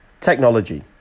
Technology